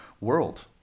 world